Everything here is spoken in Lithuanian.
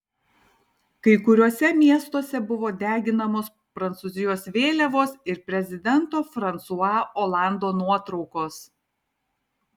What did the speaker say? kai kuriuose miestuose buvo deginamos prancūzijos vėliavos ir prezidento fransua olando nuotraukos